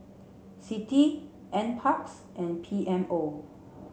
CITI NPARKS and P M O